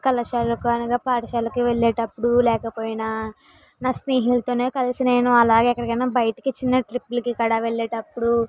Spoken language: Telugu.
కళాశాలకు ఇంకా పాఠశాలకు వెళ్ళేటప్పుడు లేకపోయిన నా స్నేహితులతో కలిసి నేను అలాగే ఎక్కడికైన బయటికి అలా చిన్న ట్రిప్ గట్ల వెళ్ళేటప్పుడు